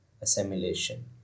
assimilation